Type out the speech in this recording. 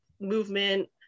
movement